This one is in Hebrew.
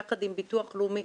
יחד עם ביטוח לאומי,